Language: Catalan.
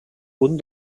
punt